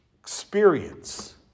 experience